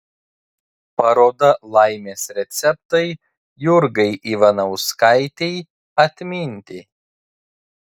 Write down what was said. paroda laimės receptai jurgai ivanauskaitei atminti